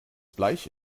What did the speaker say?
bleich